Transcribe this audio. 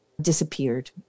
Disappeared